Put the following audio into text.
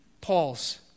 Paul's